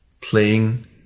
playing